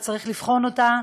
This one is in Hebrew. וצריך לבחון אותה,